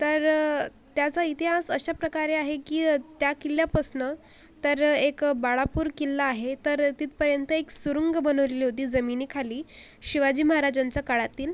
तर त्याचा इतिहास अशाप्रकारे आहे की त्या किल्ल्यापासून तर एक बाळापूर किल्ला आहे तर तिथपर्यंत एक सुरुंग बनवलेली होती जमिनीखाली शिवाजी महाराजांच्या काळातील